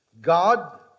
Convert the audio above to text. God